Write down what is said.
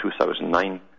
2009